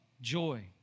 joy